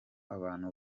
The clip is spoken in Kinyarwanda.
abantu